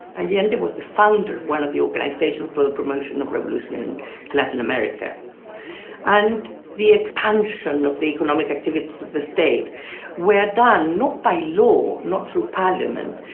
allende was the founder of one of the organizations for the promotion of revolution in latin america and the expansion of the economic activities of the state were done not by law, not through parliament,